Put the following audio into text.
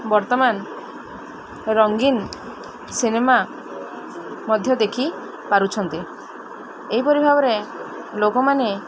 ବର୍ତ୍ତମାନ ରଙ୍ଗୀନ ସିନେମା ମଧ୍ୟ ଦେଖିପାରୁଛନ୍ତି ଏହିପରି ଭାବରେ ଲୋକମାନେ